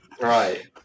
Right